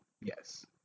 yes